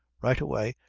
right away,